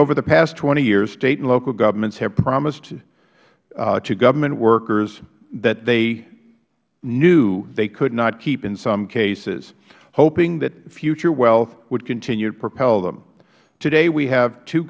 over the past twenty years state and local governments have promised to government workers that they knew they could not keep in some cases hoping that future wealth would continue to propel them today we have two